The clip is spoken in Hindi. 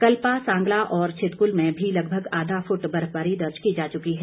कल्पा सांगला और छितकुल में भी लगभग आधा फुट बर्फबारी दर्ज की जा चुकी है